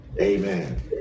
Amen